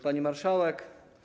Pani Marszałek!